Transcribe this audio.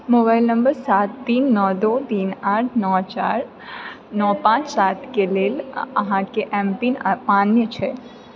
mobile number सात तीन नओ दू तीन आठ नओ चार नओ पाँच सात के लेल अहाँकेँ एम पिन अमान्य अछि